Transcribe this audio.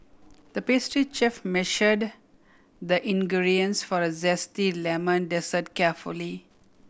the pastry chef measured the ingredients for a zesty lemon dessert carefully